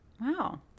Wow